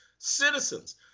Citizens